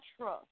trust